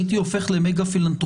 הייתי הופך למגה-פילנתרופ.